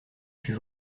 fut